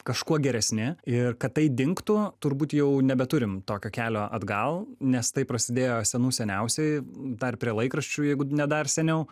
kažkuo geresni ir kad tai dingtų turbūt jau nebeturim tokio kelio atgal nes tai prasidėjo senų seniausiai dar prie laikraščių jeigu ne dar seniau